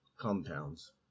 compounds